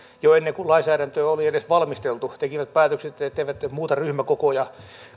jo ennen kuin lainsäädäntöä oli edes valmisteltu tekivät päätöksen etteivät muuta ryhmäkokoja